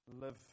live